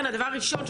ולכן יכול להיות מצב,